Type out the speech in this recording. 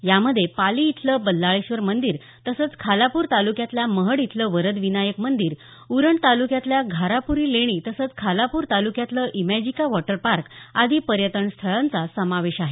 यामध्ये पाली इथलं बल्लाळेश्वर मंदिर तसंच खालापूर तालुक्यातल्या महड इथलं वरदविनायक मंदिर उरण तालुक्यातल्या घाराप्री लेणी तसंच खालापूर तालुक्यातलं इमॅजिका वॉटर पार्क आदी पर्यटन स्थळांचा समावेश आहे